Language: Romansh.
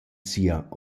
sia